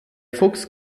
fuchs